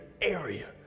area